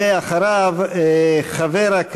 והחל לרדוף